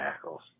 tackles